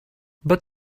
but